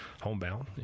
homebound